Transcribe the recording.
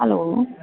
hello